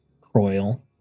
Croyle